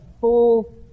full